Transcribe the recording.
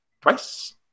twice